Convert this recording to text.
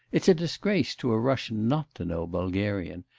it's a disgrace to a russian not to know bulgarian.